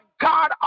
God